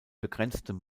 begrenztem